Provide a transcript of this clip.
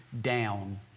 down